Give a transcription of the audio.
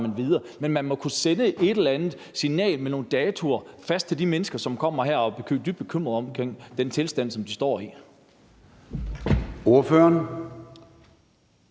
Men man må kunne sende et eller andet signal med nogle datoer fast til de mennesker, som kommer her og er dybt bekymrede for den tilstand, som de står i.